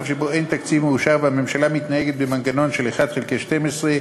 שבו אין תקציב מאושר והממשלה מתנהלת במנגנון של 1 חלקי 12,